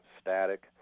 static